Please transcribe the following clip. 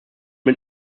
den